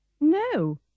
No